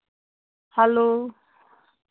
hello